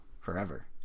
forever